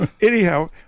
Anyhow